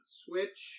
switch